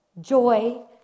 joy